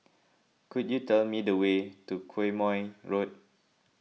could you tell me the way to Quemoy Road